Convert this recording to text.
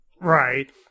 Right